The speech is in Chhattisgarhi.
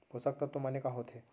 पोसक तत्व माने का होथे?